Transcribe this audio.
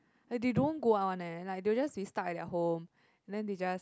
they don't go out one eh like they will just be stucked at their home then they just